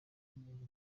kaminuza